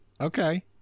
Okay